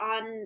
on